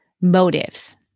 motives